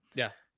yeah.